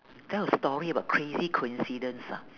tell a story about crazy coincidence ah